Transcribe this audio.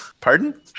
Pardon